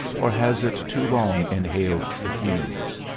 or has it too long inhaled the fumes?